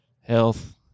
health